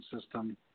system